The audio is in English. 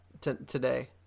today